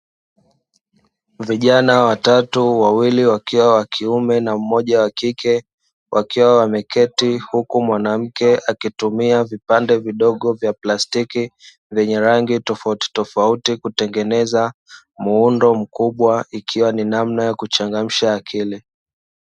Vijana watatu wawili wakiwa wa kiume na mmoja wa kike wakiwa wameketi huku mwanamke akitumia vipande vidogo vya plastiki zenye rangi tofautitofauti kutengeneza muundo mkubwa ikiwa ni namna ya kuchangamsha akili.